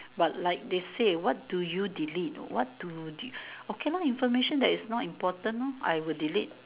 but like they say what do you delete what do you okay lah information that is not important lor I will delete